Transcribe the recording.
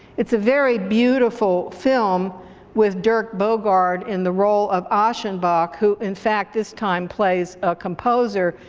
it's a very beautiful film with dirk bogarde in the role of aschenbach, who in fact this time plays a composer,